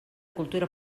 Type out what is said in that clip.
cultura